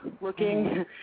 looking